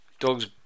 Dog's